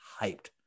hyped